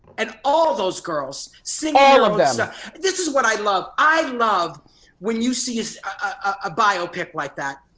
and all those girls singing all of them. and this is what i love. i love when you seize a biopic like that,